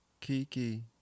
Kiki